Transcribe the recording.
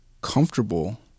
comfortable